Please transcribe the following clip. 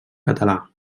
català